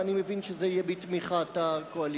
ואני מבין שזה יהיה בתמיכת הקואליציה.